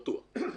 בטוח.